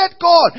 God